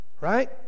right